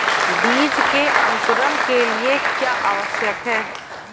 बीज के अंकुरण के लिए क्या आवश्यक है?